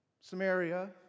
Samaria